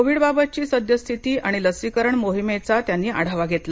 Covid बाबतची सद्यस्थिती आणि लसीकरण मोहिमेचा त्यांनी आढावा घेतला